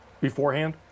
beforehand